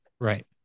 right